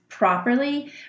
Properly